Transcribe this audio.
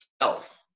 health